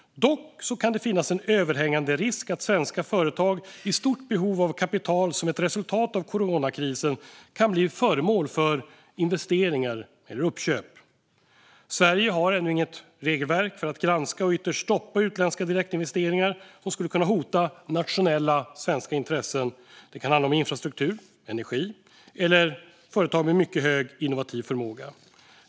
Dock kan det finns en överhängande risk att svenska företag i stort behov av kapital som ett resultat av coronakrisen kan bli föremål för investeringar eller uppköp. Sverige har ännu inget regelverk för att granska och ytterst stoppa utländska direktinvesteringar som skulle kunna hota nationella svenska intressen. Det kan handla om infrastruktur, energi eller företag med mycket hög innovativ förmåga.